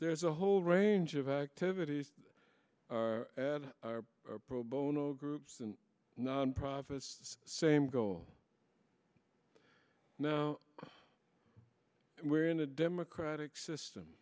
there's a whole range of activities that are at pro bono groups and nonprofit same goal now we're in a democratic system